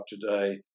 today